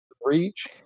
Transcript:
reach